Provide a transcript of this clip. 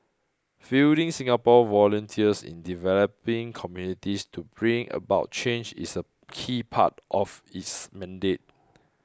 fielding Singapore volunteers in developing communities to bring about change is a key part of its mandate